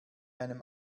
einem